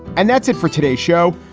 and that's it for today's show.